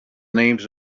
names